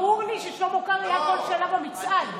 ברור לי ששלמה קרעי היה כל שנה במצעד.